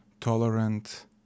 tolerant